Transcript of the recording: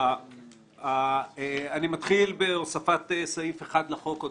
אני מתחיל בהוספת סעיף אחד לחוק עוד